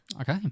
Okay